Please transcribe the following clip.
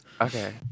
Okay